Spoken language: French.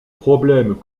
problèmes